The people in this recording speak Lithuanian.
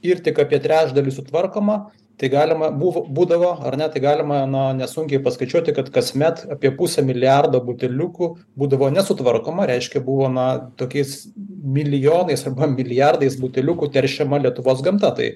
ir tik apie trečdalį sutvarkoma tai galima buv būdavo ar ne tai galima na nesunkiai paskaičiuoti kad kasmet apie pusę milijardo buteliukų būdavo nesutvarkoma reiškia buvo na tokiais milijonais milijardais buteliukų teršiama lietuvos gamta tai